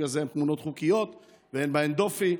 הזה הן תמונות חוקיות ואין בהן דופי,